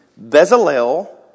Bezalel